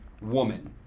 woman